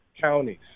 counties